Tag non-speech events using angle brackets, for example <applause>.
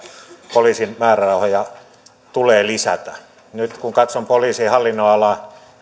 poliisin määrärahoja tulee lisätä nyt kun katson poliisin hallinnonalaa <unintelligible>